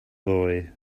boy